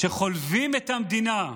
שחולבים את המדינה.